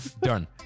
done